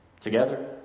together